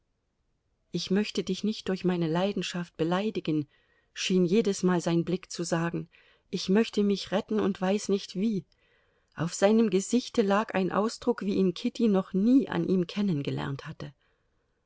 ich möchte dich nicht durch meine leidenschaft beleidigen schien jedesmal sein blick zu sagen ich möchte mich retten und weiß nicht wie auf seinem gesichte lag ein ausdruck wie ihn kitty noch nie an ihm kennengelernt hatte